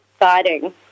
exciting